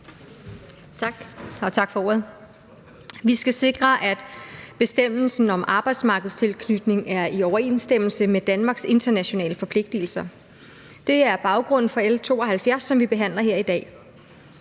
Tak. Og tak for ordet. Vi skal sikre, at bestemmelsen om arbejdsmarkedstilknytning er i overensstemmelse med Danmarks internationale forpligtelser. Det er baggrunden for L 72, som vi behandler her i dag.